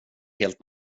helt